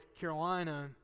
Carolina